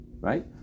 right